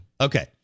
Okay